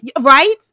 right